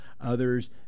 Others